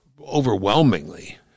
overwhelmingly